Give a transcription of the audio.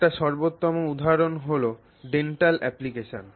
একটি সর্বোত্তম উদাহরণ হল ডেন্টাল অ্যাপ্লিকেশন